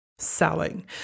selling